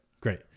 Great